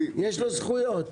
יש לו זכויות.